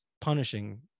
Punishing